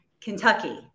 Kentucky